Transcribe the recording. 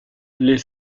les